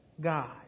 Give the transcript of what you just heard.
God